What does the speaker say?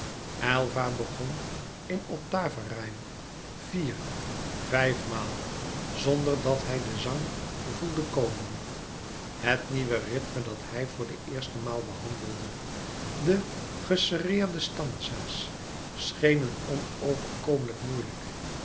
begon in ottave rime vier vijfmaal zonderdat hij den zang voelde komen het nieuwe rythme dat hij voor de eerste maal behandelde de geserreerde stanza's schenen onoverkomelijk moeilijk